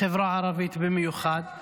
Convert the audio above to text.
בחברה הערבית במיוחד.